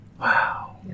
Wow